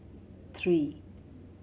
three